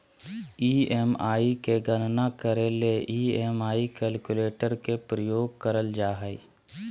EMI के गणना करे ले ई.एम.आई कैलकुलेटर के प्रयोग करल जा हय